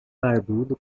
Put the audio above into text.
barbudo